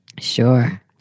Sure